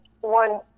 one